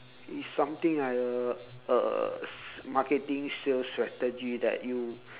it's something like a uh marketing sales strategy that you